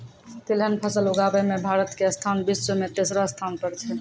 तिलहन फसल उगाबै मॅ भारत के स्थान विश्व मॅ तेसरो स्थान पर छै